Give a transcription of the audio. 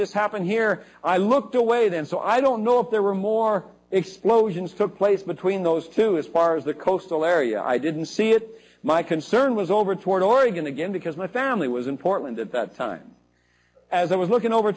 this happen here i looked away then so i don't know if there were more explosions took place between those two as far as the coastal area i didn't see it my concern was over toward oregon again because my family was in portland at that time as i was looking over